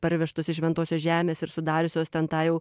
parvežtos iš šventosios žemės ir sudariusios ten tą jau